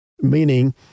meaning